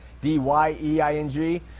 D-Y-E-I-N-G